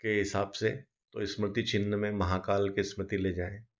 के हिसाब से तो स्मृति चिन्ह में महाकाल के स्मृति ले जाएँ